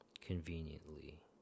Conveniently